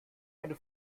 eine